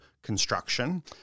Construction